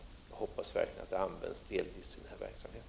Jag hoppas verkligen att de pengarna delvis används till den här verksamheten.